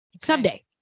Someday